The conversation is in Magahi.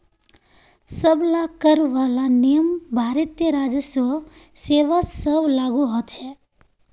सब ला कर वाला नियम भारतीय राजस्व सेवा स्व लागू होछे